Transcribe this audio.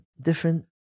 different